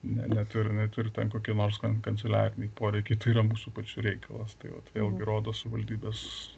ne net ir net ir kokį nors kanceliarinį poreikį tai yra mūsų pačių reikalas tai va vėlgi rodo savivaldybės